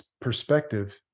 perspective